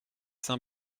saint